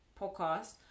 podcast